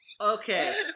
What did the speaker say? Okay